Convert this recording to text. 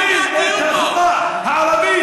ואני אומר לאורן חזן, תודה, אדוני.